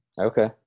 Okay